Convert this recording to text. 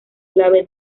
clave